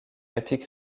epic